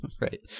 right